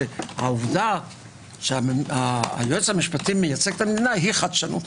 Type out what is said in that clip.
שהעובדה שהיועץ המשפטי מייצג את המדינה היא חדשנות.